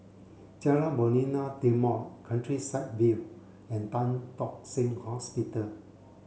Jalan Novena Timor Countryside View and Tan Tock Seng Hospital